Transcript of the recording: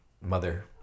mother